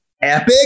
epic